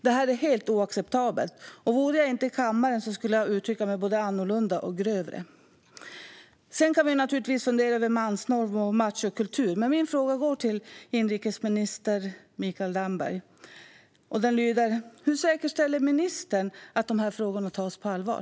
Detta är helt oacceptabelt, och vore jag inte i kammaren skulle jag uttrycka mig både annorlunda och grövre. Vi kan naturligtvis fundera över mansnorm och machokultur, men min fråga går till inrikesminister Mikael Damberg. Den lyder: Hur säkerställer ministern att dessa frågor tas på allvar?